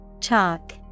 Chalk